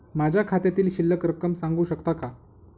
माझ्या खात्यातील शिल्लक रक्कम सांगू शकता का?